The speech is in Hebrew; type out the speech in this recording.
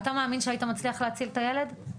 אתה מאמין שהיית מצליח להציל את הילד?